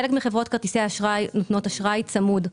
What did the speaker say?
חלק מחברות כרטיסי האשראי נותנות אשראי צמוד,